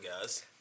guys